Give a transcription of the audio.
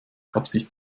absicht